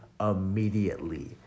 immediately